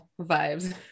vibes